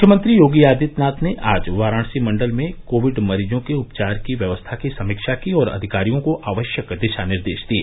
मुख्यमंत्री योगी आदित्यनाथ ने आज वाराणसी मण्डल में कोविड मरीजों के उपचार की व्यवस्था की समीक्षा की और अधिकारियों को आवश्यक दिशा निर्देश दिये